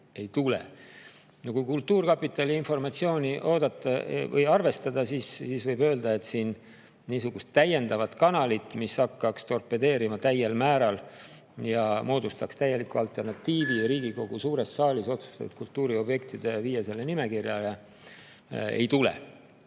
Kui kultuurkapitali informatsiooni arvestada, siis võib öelda, et niisugust täiendavat kanalit, mis hakkaks seda täiel määral torpedeerima ja moodustaks täieliku alternatiivi Riigikogu suures saalis otsustatud kultuuriobjektide viiesele nimekirjale, ei tule.